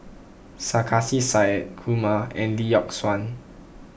Sarkasi Said Kumar and Lee Yock Suan